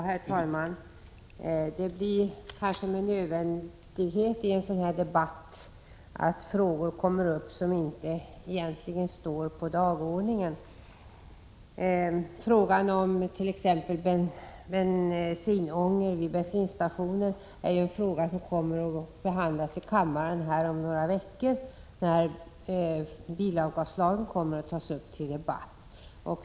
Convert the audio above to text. Herr talman! I en sådan här debatt blir det kanske med nödvändighet så att frågor kommer upp som egentligen inte står på dagordningen. Bensinångor vid bensinstationer är t.ex. en fråga som kommer upp till debatt i kammaren om några veckor, när bilavgaslagen behandlas.